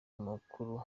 mukuru